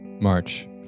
March